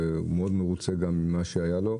ומאוד מרוצה ממה שהיה לו.